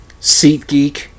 SeatGeek